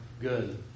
good